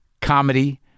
comedy